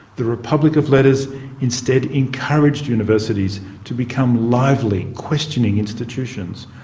the republic of letters instead encouraged universities to become lively, questioning institutions,